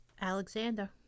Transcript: Alexander